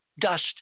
dust